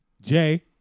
Jay